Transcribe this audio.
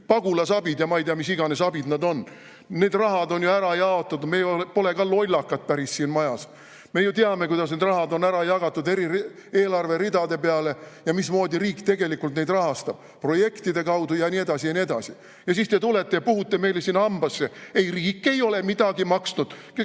pagulasabid ja ma ei tea, mis iganes abid nad on. Need rahad on ju ära jaotatud. Me pole ka päris lollakad siin majas, me ju teame, kuidas need rahad on ära jagatud eri eelarveridade peale ja mismoodi riik tegelikult neid rahastab, projektide kaudu ja nii edasi, ja nii edasi. Ja siis te tulete ja puhute meile siin hambasse: ei, riik ei ole midagi maksnud.